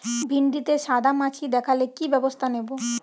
ভিন্ডিতে সাদা মাছি দেখালে কি ব্যবস্থা নেবো?